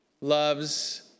loves